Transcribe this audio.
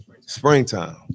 Springtime